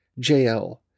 JL